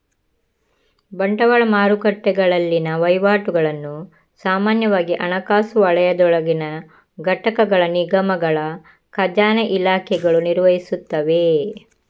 ಬಂಡವಾಳ ಮಾರುಕಟ್ಟೆಗಳಲ್ಲಿನ ವಹಿವಾಟುಗಳನ್ನು ಸಾಮಾನ್ಯವಾಗಿ ಹಣಕಾಸು ವಲಯದೊಳಗಿನ ಘಟಕಗಳ ನಿಗಮಗಳ ಖಜಾನೆ ಇಲಾಖೆಗಳು ನಿರ್ವಹಿಸುತ್ತವೆ